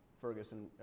Ferguson